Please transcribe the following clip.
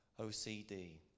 OCD